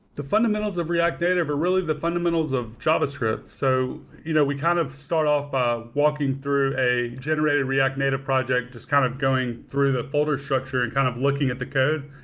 the fundamentals of react native are really the fundamentals of javascript. so you know we kind of start of by walking through a generated react native project just kind of going through the folder structure and kind of looking at the code.